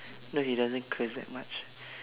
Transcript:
no he doesn't curse that much